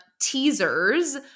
teasers